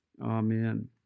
Amen